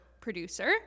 producer